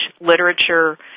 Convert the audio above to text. literature